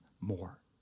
more